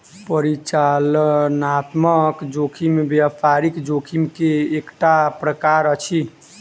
परिचालनात्मक जोखिम व्यापारिक जोखिम के एकटा प्रकार अछि